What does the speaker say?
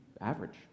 average